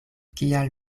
kial